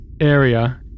area